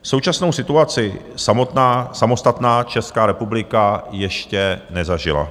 Současnou situaci samostatná Česká republika ještě nezažila.